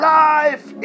life